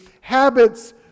habits